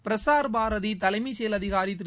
பிரசார் பாரதி தலைமை செயல் அதிகாரி திரு